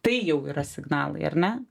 tai jau yra signalai ar ne